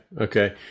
okay